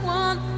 one